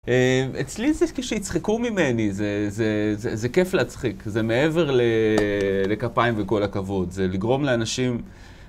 אצלי זה כשיצחקו ממני, זה כיף להצחיק, זה מעבר לקפיים וכל הכבוד, זה לגרום לאנשים...